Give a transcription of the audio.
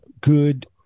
good